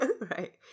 Right